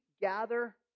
gather